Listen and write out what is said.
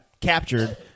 captured